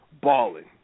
balling